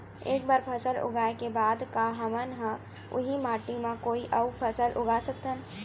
एक बार फसल उगाए के बाद का हमन ह, उही माटी मा कोई अऊ फसल उगा सकथन?